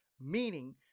meaning